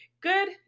Good